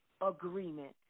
agreement